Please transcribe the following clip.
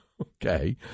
Okay